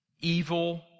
evil